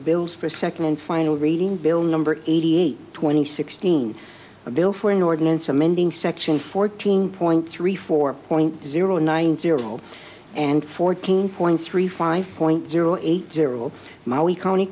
bills for a second and final reading bill number eighty eight twenty sixteen a bill for an ordinance amending section fourteen point three four point zero nine zero and fourteen point three five point zero eight zero now we county